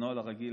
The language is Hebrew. בנוהל הרגיל,